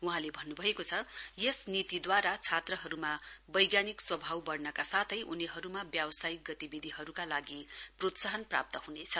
वहाँले भन्न् भएको छ यस नीतिद्वारा छात्रहरूमा वैज्ञानिक स्वभाव बढ्नाका साथ उनीहरूमा व्यवसायिक गतिविधिहरूका लागि प्रोत्साहन प्राप्त हुनेछ